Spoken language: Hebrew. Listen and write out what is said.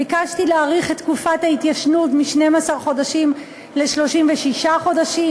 ביקשתי להאריך את תקופת ההתיישנות מ-12 חודשים ל-36 חודשים,